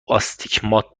آستیگمات